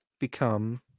become